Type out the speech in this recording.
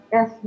Yes